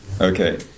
Okay